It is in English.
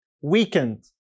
weakened